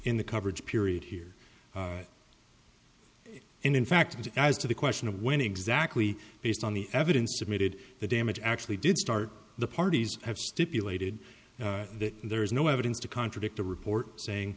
in the coverage period here in fact as to the question of when exactly based on the evidence submitted the damage actually did start the parties have stipulated that there is no evidence to contradict the report saying